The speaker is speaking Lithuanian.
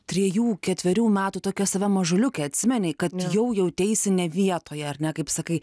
trejų ketverių metų tokia save mažuliukę atsimeni kad jau jauteisi ne vietoje ar ne kaip sakai